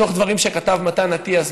מתוך דברים שכתב מתן אטיאס,